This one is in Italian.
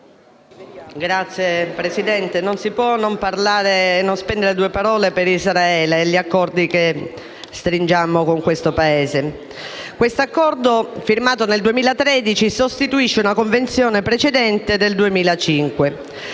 Signor Presidente, non si può non spendere alcune parole per Israele e per gli accordi che stringiamo con questo Paese. Questo Accordo, firmato nel 2013, sostituisce una convenzione precedente del 2005.